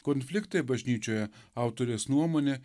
konfliktai bažnyčioje autorės nuomone